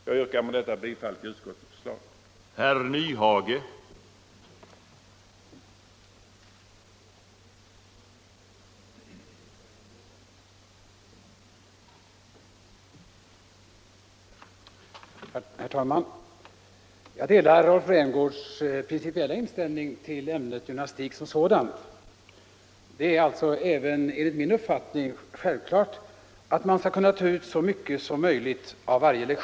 Jag yrkar med detta bifall till utskottets förslag även i fråga om motionen 1363.